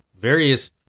various